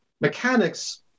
Mechanics